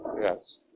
Yes